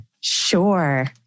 Sure